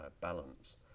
balance